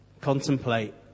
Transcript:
contemplate